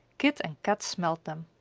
kit and kat smelled them.